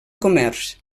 comerç